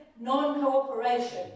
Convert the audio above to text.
Non-cooperation